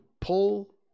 pull